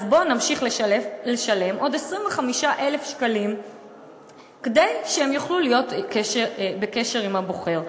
אז בוא נמשיך לשלם עוד 25,000 שקלים כדי שהם יוכלו להיות בקשר עם הבוחר.